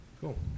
Cool